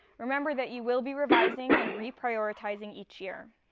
remember that you will be revising and reprioritizing each year.